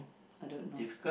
I don't know